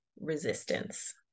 resistance